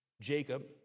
Jacob